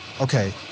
Okay